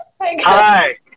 Hi